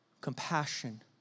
compassion